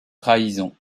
trahisons